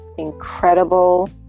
incredible